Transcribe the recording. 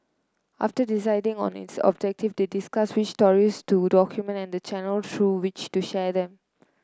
after deciding on its objective they discuss which stories to document and the channel through which to share them